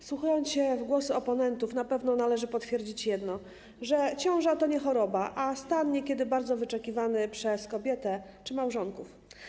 Wsłuchując się w głosy oponentów, na pewno należy potwierdzić jedno: ciąża to nie choroba, a stan niekiedy bardzo wyczekiwany przez kobietę czy małżonków.